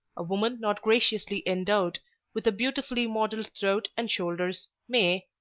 a woman not graciously endowed with a beautifully modelled throat and shoulders may,